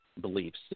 beliefs